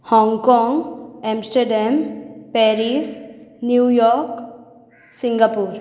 Hong Kong Amsterdam Paris New York Singapore